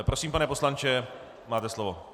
Prosím, pane poslanče, máte slovo.